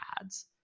ads